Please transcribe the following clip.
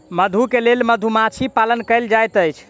मधु के लेल मधुमाछी पालन कएल जाइत अछि